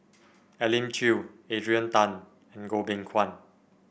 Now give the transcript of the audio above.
Elim Chew Adrian Tan and Goh Beng Kwan